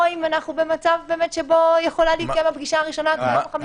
או אם אנחנו במצב שיכולה להתקיים הפגישה הראשונה ביום ה-59.